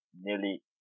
nearly